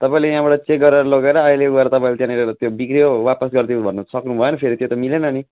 तपाईँले यहाँबाट चेक गरेर लगेर अहिले गएर तपाईँले त्यहाँनिर बिग्रियो वापस गरिदिनु भन्नु सक्नु भएन फेरेि त्यो त मिलेन नि